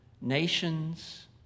nations